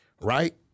Right